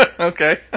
Okay